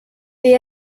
they